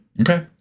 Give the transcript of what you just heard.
Okay